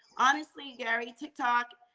honestly, gary, tiktok,